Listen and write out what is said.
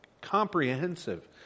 comprehensive